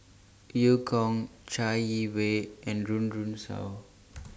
EU Kong Chai Yee Wei and Run Run Shaw